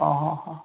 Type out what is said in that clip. ଅଃ ହଁ ହଁ